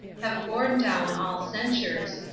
have borne down all censures,